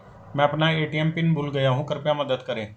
मैं अपना ATM pin भूल गया हूँ कृपया मदद करें